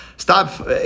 Stop